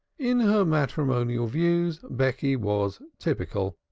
in her matrimonial views becky was typical.